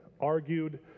argued